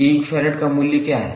1 farad का मूल्य क्या है